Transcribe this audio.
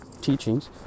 teachings